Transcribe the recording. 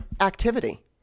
activity